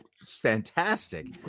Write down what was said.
fantastic